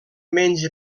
menja